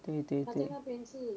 对对对